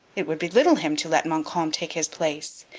it would belittle him to let montcalm take his place!